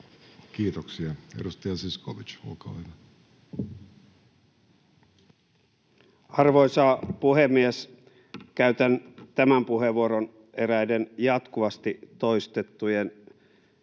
Kiitoksia. — Edustaja Zyskowicz, olkaa hyvä. Arvoisa puhemies! Käytän tämän puheenvuoron eräiden jatkuvasti toistettujen